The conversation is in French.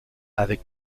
avec